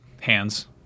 hands